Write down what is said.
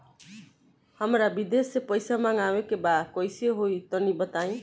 हमरा विदेश से पईसा मंगावे के बा कइसे होई तनि बताई?